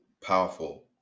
powerful